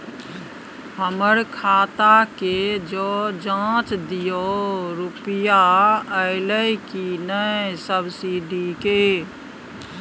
हमर खाता के ज जॉंच दियो रुपिया अइलै की नय सब्सिडी के?